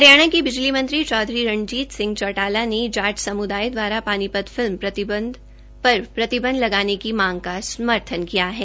हरियाणा के बिजली मंत्री चौधरी रंजीत सिंह चौटाला ने जाट समुदाय द्वारा पानीपत फिल्म प्रतिबंध लगाने की मांग का समर्थन किया है